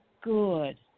good